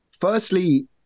Firstly